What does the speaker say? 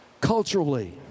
culturally